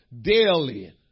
Daily